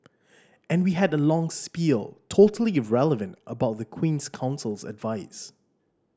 and we had a long spiel totally irrelevant about the Queen's Counsel's advice